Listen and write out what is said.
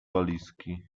walizki